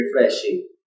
refreshing